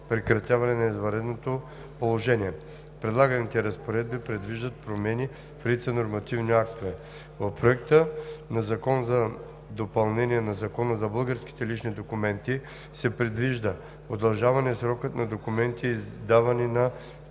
прекратяването на извънредното положение. Предлаганите разпоредби предвиждат промени в редица нормативни актове. В Проекта на закон за допълнение на Закона за българските лични документи се предвижда удължаване срока на документи, издавани на